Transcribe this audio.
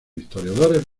historiadores